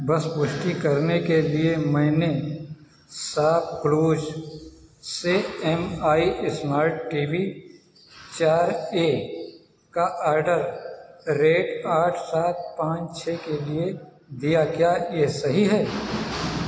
बस पुष्टि करने के लिए मैंने शॉपक्लूज़ से M I smart T V चार ए का ऑर्डर रेट आठ सात पाँच छः के लिए दिया क्या यह सही है